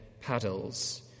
paddles